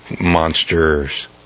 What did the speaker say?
Monsters